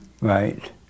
Right